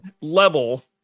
level